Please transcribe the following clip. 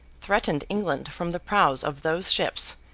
threatened england from the prows of those ships,